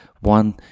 one